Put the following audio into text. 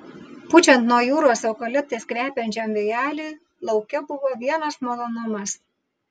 pučiant nuo jūros eukaliptais kvepiančiam vėjeliui lauke buvo vienas malonumas